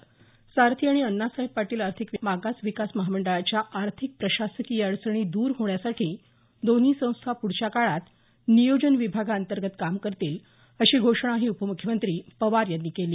सारथी आणि अण्णासाहेब पाटील आर्थिक मागास विकास महामंडळाच्या आर्थिक प्रशासकीय अडचणी द्र होण्यासाठी दोन्ही संस्था प्रदच्या काळात नियोजन विभागांतर्गत काम करतील अशी घोषणाही उपमुख्यमंत्री पवार यांनी केली